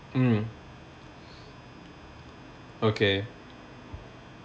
mm okay